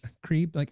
ah creep, like